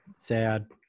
Sad